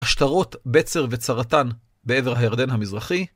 עשתרות בצר וצרתן בעבר הירדן המזרחי,